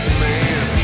man